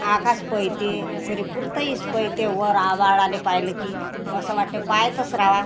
आकाश पयते सरी पुरतं ईस पयते वर आभाळाला पाहिलं की असं वाटते पाहतंच रहावं